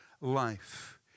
life